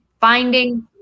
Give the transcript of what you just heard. Finding